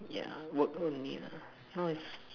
ya work with me ah now is